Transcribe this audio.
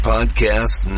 Podcast